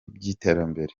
by’iterambere